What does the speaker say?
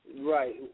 Right